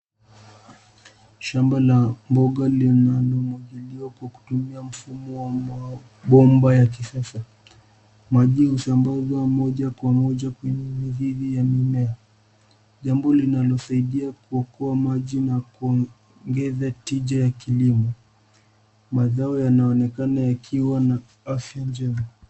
Shamba la mboga linalomwagiliwa kwa kutumia mfumo wa mabomba ya kisasa. Maji usambazwa moja kwa moja kwenye mizizi ya mimea. Jambo linalosaidia kuokoa maji na kuongeza tija ya kilimo. Mazoa yanaonekana yakiwa na afya njema.